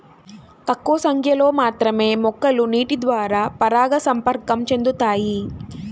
తక్కువ సంఖ్యలో మాత్రమే మొక్కలు నీటిద్వారా పరాగసంపర్కం చెందుతాయి